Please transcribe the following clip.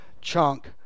chunk